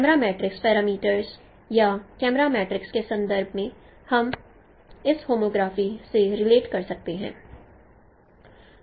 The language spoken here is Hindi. कैमरा मैट्रिक्स पैरामीटरस या कैमरा मैट्रिक्स के संदर्भ में हम इस होमोग्राफी से रिलेट कर सकते हैं